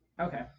okay